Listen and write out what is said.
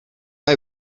mij